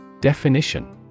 Definition